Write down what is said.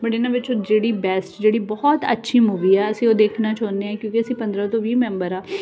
but ਇਹਨਾਂ ਵਿੱਚੋਂ ਜਿਹੜੀ ਬੈਸਟ ਜਿਹੜੀ ਬਹੁਤ ਅੱਛੀ ਮੂਵੀ ਆ ਅਸੀਂ ਉਹ ਦੇਖਣਾ ਚਾਹੁੰਦੇ ਆ ਕਿਉਂਕਿ ਅਸੀਂ ਪੰਦਰ੍ਹਾਂ ਤੋਂ ਵੀਹ ਮੈਂਬਰ ਹਾਂ